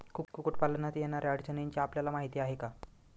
कुक्कुटपालनात येणाऱ्या अडचणींची आपल्याला माहिती आहे का?